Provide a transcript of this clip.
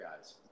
guys